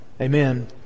Amen